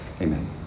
Amen